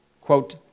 Quote